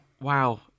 Wow